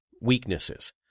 weaknesses